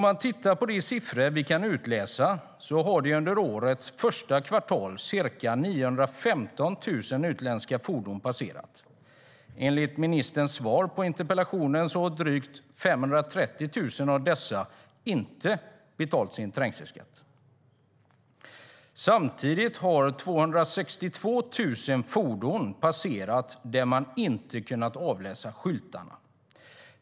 Enligt de siffror som finns att utläsa har under årets första kvartal ca 915 000 utländska fordon passerat. Enligt ministerns svar på interpellationen har drygt 530 000 av dessa inte betalt sin trängselskatt. Samtidigt har ca 262 000 fordon passerat där man inte kunnat avläsa skyltarna.